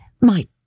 My